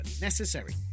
necessary